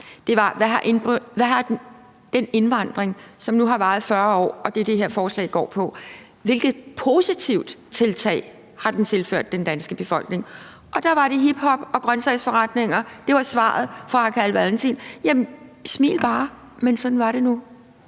var: Hvad har den indvandring, som nu har varet i 40 år, og det er det, det her forslag går på, tilført den danske befolkning af positive bidrag? Og der var det hiphop og grønsagsforretninger, der var svaret fra hr. Carl Valentin. Jamen smil bare, men sådan var det nu.